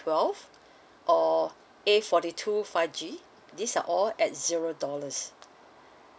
twelve or A forty two five G these are all at zero dollars